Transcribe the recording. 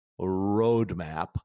Roadmap